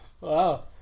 Wow